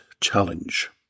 challenge